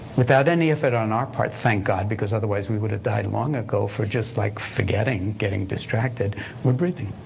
without any of it on our part thank god, because otherwise we would've died long ago for just, like, forgetting, getting distracted we're breathing.